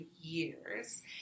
years